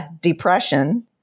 depression